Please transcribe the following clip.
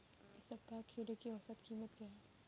इस सप्ताह खीरे की औसत कीमत क्या है?